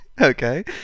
Okay